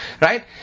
right